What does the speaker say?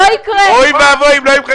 אוי ואבוי.